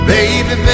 Baby